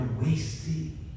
wasting